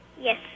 Yes